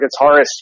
guitarist